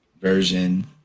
version